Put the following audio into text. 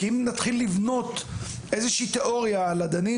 כי אם נתחיל לבנות איזושהי תאוריה על עדנים